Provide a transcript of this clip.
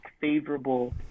favorable